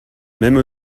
même